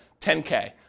10K